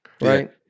right